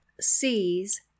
C's